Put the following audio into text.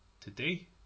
today